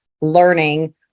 learning